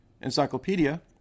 encyclopedia